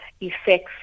effects